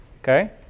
okay